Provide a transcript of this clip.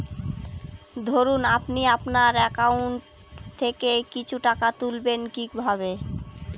ধরুন আপনি আপনার একাউন্ট থেকে কিছু টাকা তুলবেন কিভাবে?